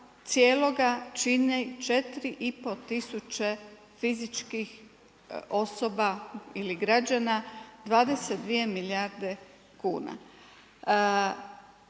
cijeloga čini 4 i pol tisuća fizičkih osoba ili građana, 22 milijarde kuna.